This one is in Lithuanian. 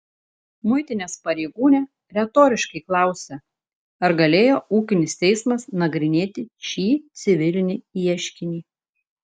muitinės pareigūnė retoriškai klausia ar galėjo ūkinis teismas nagrinėti šį civilinį ieškinį